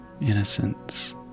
innocence